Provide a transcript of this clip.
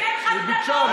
היא ביקשה.